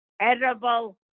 edible